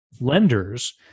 lenders